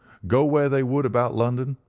go where they would about london,